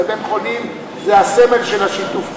זה הסמל של שיתוף הפעולה: